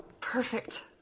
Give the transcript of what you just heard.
Perfect